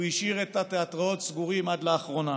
הוא השאיר את התיאטראות סגורים עד לאחרונה,